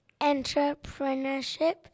entrepreneurship